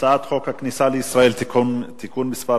הצעת חוק הכניסה לישראל (תיקון מס'